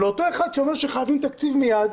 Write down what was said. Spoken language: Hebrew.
לאותו אחד שאומר שחייבים תקציב מייד,